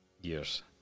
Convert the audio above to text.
years